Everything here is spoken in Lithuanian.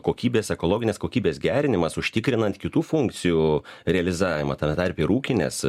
kokybės ekologinės kokybės gerinimas užtikrinant kitų funkcijų realizavimą tame tarpe ir ūkinės